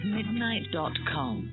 midnight.com